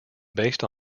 based